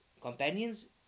companions